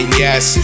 yes